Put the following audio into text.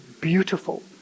beautiful